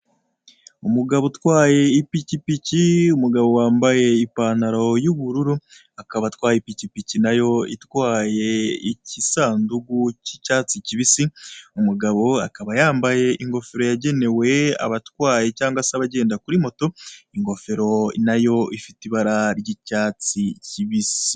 Umugabo utwaye ipikipiki, umugabo wambaye ipantaro y'ubururu, akaba atwaye ipikipiki nayo itwaye ikisandugu cy'icyatsi kibisi, umugabo akaba yambaye ingofero yagenewe abatwaye cyangwa se abagenda kuri moto, ingofero nayo ifite ibara ry'icyatsi kibisi.